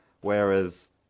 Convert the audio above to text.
Whereas